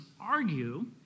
argue